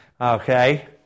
okay